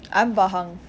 I'm bahang